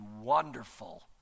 wonderful